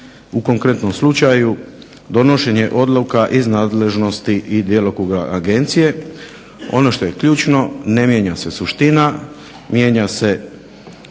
u konkretnom slučaju donošenje odluka iz nadležnosti i djelokruga agencije. Ono što je ključno ne mijenja se suština, mijenja se